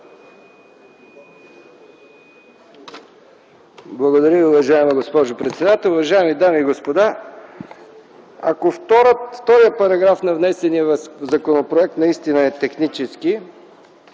Благодаря Ви, уважаема госпожо председател. Уважаеми дами и господа, ако вторият параграф на внесения законопроект наистина е технически,